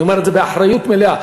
אני אומר את זה באחריות מלאה.